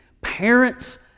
parents